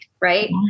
Right